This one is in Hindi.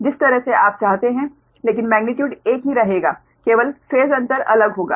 जिस तरह से आप चाहते हैं लेकिन मेग्नीट्यूड एक ही रहेगा केवल फेस अंतर अलग होगा